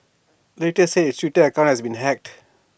later said its Twitter account had been hacked